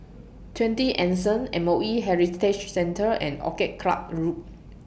twenty Anson M O E Heritage Centre and Orchid Club Road